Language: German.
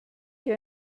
hier